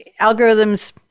Algorithms